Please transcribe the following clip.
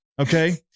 Okay